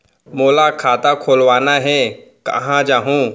मोला खाता खोलवाना हे, कहाँ जाहूँ?